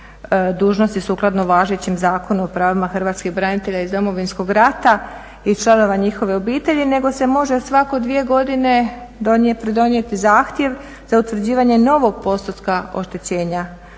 dužnosti sukladno važećem Zakonu o pravima Hrvatskih branitelja iz iz Domovinskog rata i članova njihove obitelji nego se može svake dvije godine donijeti zahtjev za utvrđivanje novog postotka oštećenja